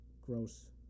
gross